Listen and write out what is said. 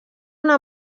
una